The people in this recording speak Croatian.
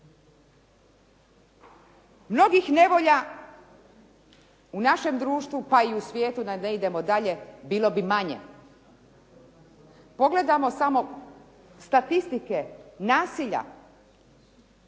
Mnogih nevolja u našem društvu, pa i u svijetu da ne idemo dalje, bilo bi manje, pogledajmo samo statistike nasilja.